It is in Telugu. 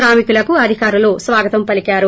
శ్రామికులకు అధికారులు స్వాగతం పలికారు